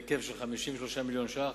בהיקף של 53 מיליון שקלים,